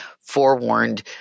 forewarned